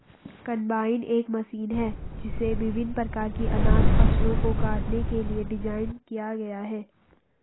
combine एक machine है जिसे विभिन्न प्रकार की अनाज फसलों को काटने के लिए डिज़ाइन किया गया है